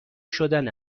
شدن